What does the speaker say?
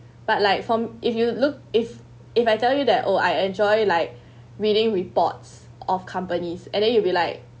but like from if you look if if I tell you that oh I enjoy like reading reports of companies and then you'll be like